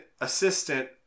assistant